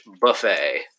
Buffet